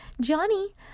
johnny